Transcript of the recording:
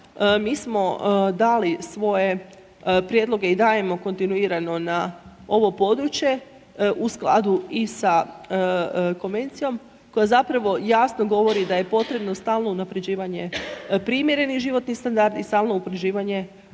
mi smo dali svoje prijedloge i dajemo kontinuirano na ovo područje u skladu i sa konvencijom koja zapravo jasno govori da je potrebno stalno unapređivanje primjereni životni standard i stalno .../Govornik